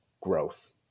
growth